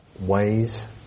ways